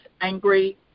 angry